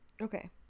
Okay